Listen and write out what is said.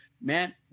man